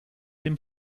dem